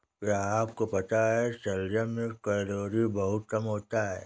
क्या आपको पता है शलजम में कैलोरी बहुत कम होता है?